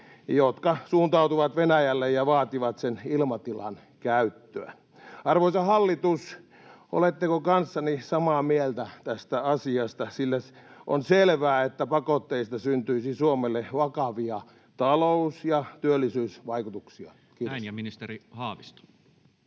jotka suuntautuvat Venäjälle ja vaativat sen ilmatilan käyttöä. Arvoisa hallitus, oletteko kanssani samaa mieltä tästä asiasta? On selvää, että pakotteista syntyisi Suomelle vakavia talous‑ ja työllisyysvaikutuksia. — Kiitos. Näin. — Ministeri Haavisto.